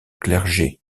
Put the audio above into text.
clergé